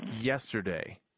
yesterday